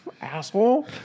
asshole